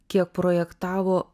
kiek projektavo